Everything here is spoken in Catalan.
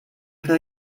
però